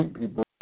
people